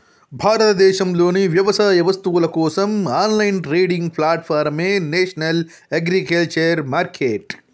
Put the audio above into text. భారతదేశంలోని వ్యవసాయ వస్తువుల కోసం ఆన్లైన్ ట్రేడింగ్ ప్లాట్ఫారమే నేషనల్ అగ్రికల్చర్ మార్కెట్